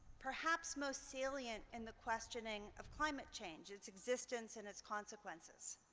perhaps, most salient in the questioning of climate change its existence and its consequences.